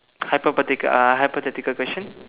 hypothetical uh hypothetical question